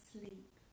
sleep